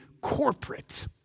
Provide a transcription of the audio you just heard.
corporate